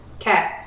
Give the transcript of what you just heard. Okay